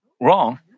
wrong